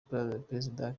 perezida